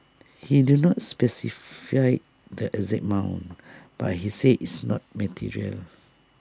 he do not specify the exact amount but he said it's not material